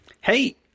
Hey